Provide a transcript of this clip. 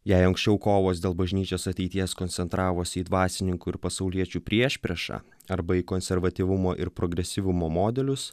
jei anksčiau kovos dėl bažnyčios ateities koncentravosi į dvasininkų ir pasauliečių priešpriešą arba į konservatyvumo ir progresyvumo modelius